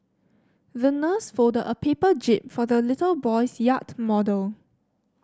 the nurse folded a paper jib for the little boy's yacht model